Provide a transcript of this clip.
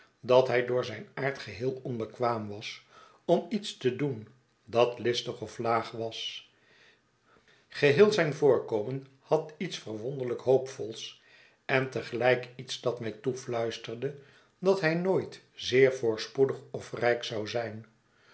dat hij door zijn aard geheel onbekwaam was om iets te doen datlistig of laag was geheel zijn voorkomen had iets verwonderlijk hoopvols en te gelijk iets dat mij toefluisterde dat hij nooit zeer voorspoedig of rijk zou zijn